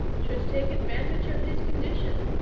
should take advantage of his condition,